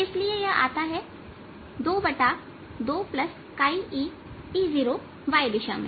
इसलिए यह आता है 22eE0y दिशा में